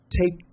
take